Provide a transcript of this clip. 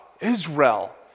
Israel